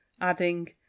adding